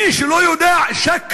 מי שלא יודע שקרן,